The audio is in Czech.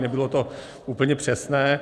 Nebylo to úplně přesné.